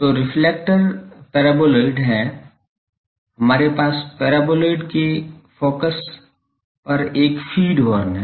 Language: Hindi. तो रिफ्लेक्टर पैराबोलॉइडल है हमारे पास पैराबोलॉइडल के फोकस पर एक फ़ीड हॉर्न है